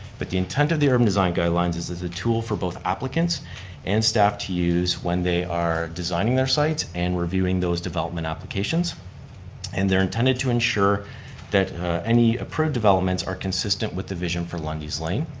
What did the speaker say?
but the intent of the urban design guidelines is that the tool for both applicants and staff to use when they are designing their sites and reviewing those development applications and they're intended to ensure that any approved developments are consistent with the vision for lundy's lane.